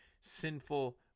sinful